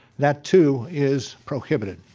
that too is prohibited.